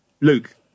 Luke